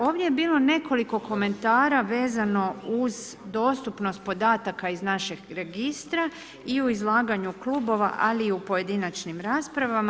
Ovdje je bilo nekoliko komentara vezano uz dostupnost podataka iz našeg registra i u izlaganju klubova ali i u pojedinačnim raspravama.